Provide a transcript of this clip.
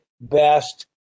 best